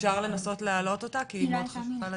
אפשר לנסות להעלות אותה, כי היא מאוד חשובה לדיון.